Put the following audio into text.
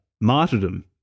martyrdom